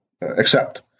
accept